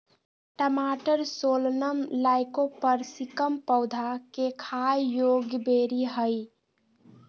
टमाटरसोलनम लाइकोपर्सिकम पौधा केखाययोग्यबेरीहइ